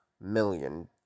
million